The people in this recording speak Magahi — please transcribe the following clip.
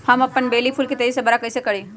हम अपन बेली फुल के तेज़ी से बरा कईसे करी?